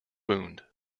wound